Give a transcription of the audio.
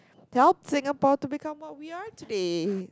got Singapore to become what we are today